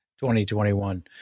2021